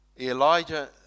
Elijah